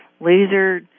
laser